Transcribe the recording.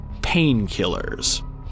Painkillers